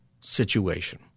situation